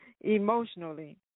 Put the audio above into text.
emotionally